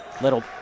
Little